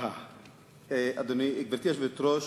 גברתי היושבת-ראש,